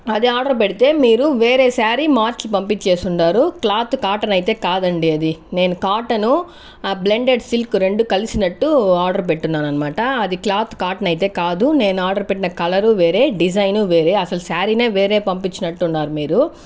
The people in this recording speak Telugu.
అది ఆర్డర్ పెడితే మీరు వేరే శారీ మార్చి పంపించేసి ఉండారు క్లాత్ కాటన్ అయితే కాదండి అది నేను కాటన్ను బ్లెండెడ్ సిల్క్ రెండు కలిసినట్టు ఆర్డర్ పెట్టున్నాను అనమాట అది క్లాత్ కాటన్ అయితే కాదు నేను ఆర్డర్ పెట్టిన కలరు వేరే డిజైను వేరే అసలు శారీనే వేరే పంపించినట్లు ఉన్నారు మీరు